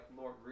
Lord